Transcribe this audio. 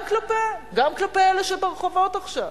גם כלפי אלה שברחובות עכשיו,